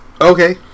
Okay